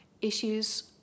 Issues